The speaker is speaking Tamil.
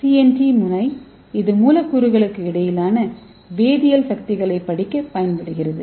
சிஎன்டி முனை இது மூலக்கூறுகளுக்கு இடையிலான வேதியியல் சக்திகளைப் படிக்க பயன்படுகிறது